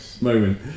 moment